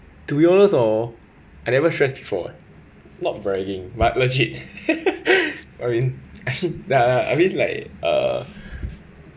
to be honest oh I never stress before eh not bragging but legit I mean I mean like uh